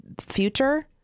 future